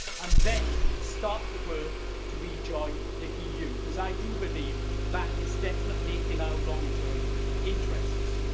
and then start the work to rejoin the eu, because i do believe that is definitely in our long-term interests.